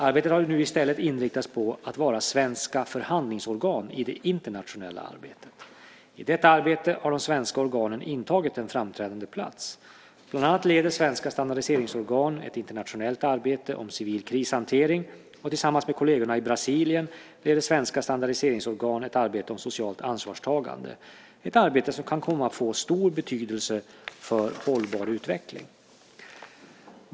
Arbetet har i stället inriktats på att vara svenska förhandlingsorgan i det internationella arbetet. I detta arbete har de svenska organen intagit en framträdande plats. Bland annat leder svenska standardiseringsorgan ett internationellt arbete om civil krishantering och tillsammans med kolleger i Brasilien leder svenska standardiseringsorgan ett arbete om socialt ansvarstagande, ett arbete som kan komma att få stor betydelse för hållbar utveckling.